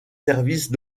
services